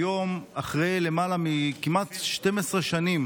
היום, כמעט 12 שנים